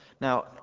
Now